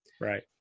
Right